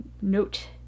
Note